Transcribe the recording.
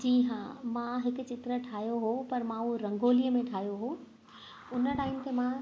जी हा मां हिकु चित्र ठाहियो हो पर मां उहो रंगोलीअ में ठाहियो हो उन टाईम ते मां